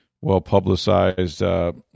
well-publicized